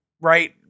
right